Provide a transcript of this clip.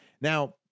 Now